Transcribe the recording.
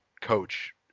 coach